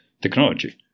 technology